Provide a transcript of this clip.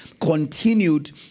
continued